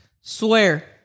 Swear